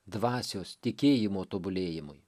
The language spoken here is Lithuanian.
dvasios tikėjimo tobulėjimui